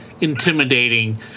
intimidating